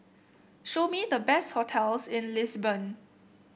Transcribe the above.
show me the best hotels in Lisbon